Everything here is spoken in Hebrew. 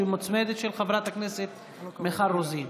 של חברת הכנסת מיכל רוזין.